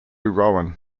rowan